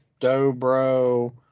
dobro